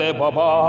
baba